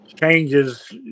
Changes